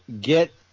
get